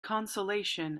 consolation